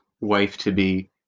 wife-to-be